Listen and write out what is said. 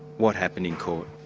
what happened in court?